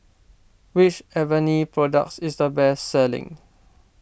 which Avene product is the best selling